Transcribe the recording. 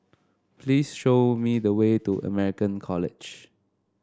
please show me the way to American College